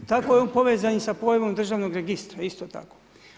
Tako je on povezan i sa pojmom državnog registra, isto tako.